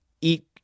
eat